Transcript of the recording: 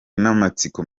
n’amatsiko